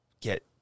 get